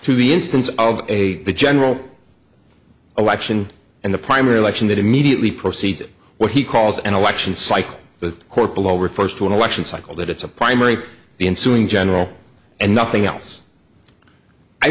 to the instance of a general election and the primary election that immediately proceeded what he calls an election cycle the court below refers to an election cycle that it's a primary the ensuing general and nothing else i